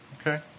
okay